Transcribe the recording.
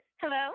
Hello